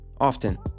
often